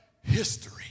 history